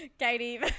katie